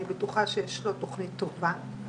אני בטוחה שיש לו תוכנית טובה.